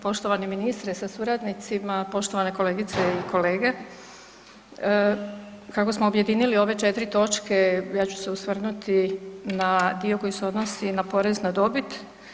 Poštovani ministre sa suradnicima, poštovane kolegice i kolege, kako smo objedinili ove 4 točke ja ću se osvrnuti na dio koji se odnosi na porez na dobit.